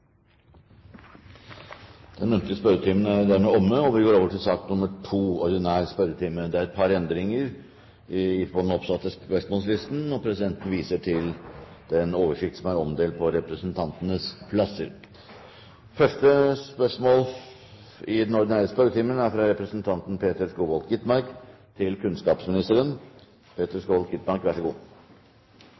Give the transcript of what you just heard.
Den muntlige spørretimen er dermed omme, og vi går over til den ordinære spørretimen. Det er et par endringer i den oppsatte spørsmålslisten, og presidenten viser i den sammenheng til den oversikten som er omdelt på representantenes plasser. De foreslåtte endringene i dagens spørretime foreslås godkjent. – Det anses vedtatt. Endringene var som følger: Spørsmål 11, fra representanten Elisabeth Aspaker til